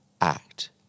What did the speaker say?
act